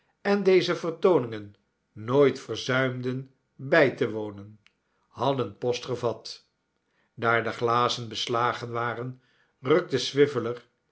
en deze vertooningen nooit verzuimden bij te wonen hadden post gevat daar de glazen beslagen waren